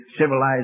civilized